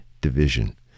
division